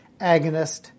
agonist